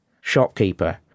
Shopkeeper